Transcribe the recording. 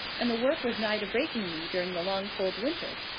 and the work was nigh to breaking me during the long, cold winter.